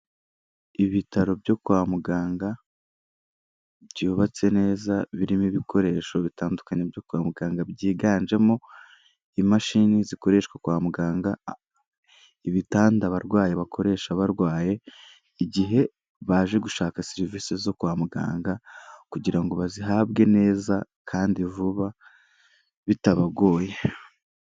Ibitaro byo kwa muganga, byubatse neza birimo ibikoresho bitandukanye byo kwa muganga, byiganjemo imashini zikoreshwa kwa muganga, ibitanda abarwayi bakoresha barwaye igihe baje gushaka serivise zo kwa muganga kugira ngo bazihabwe neza kandi vuba bitabagoye.